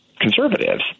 conservatives